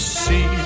see